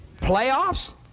Playoffs